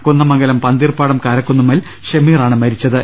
കുന്ദമംഗലം പന്തീർപാടം കാരക്കുന്നുമ്മൽ ഷമീർ ആണ് മരിച്ചത്